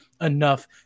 enough